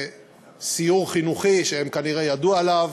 לסיור חינוכי שהן כנראה ידעו עליו,